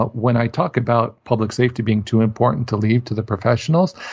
but when i talk about public safety being too important to leave to the professionals,